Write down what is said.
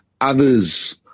others